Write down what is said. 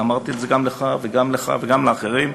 ואני אמרתי את זה גם לך וגם לך וגם לאחרים,